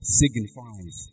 signifies